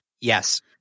Yes